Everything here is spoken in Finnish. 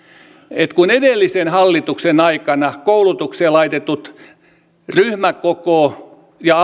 että kun edellisen hallituksen aikana koulutukseen laitetut ryhmäkoko ja